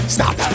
Stop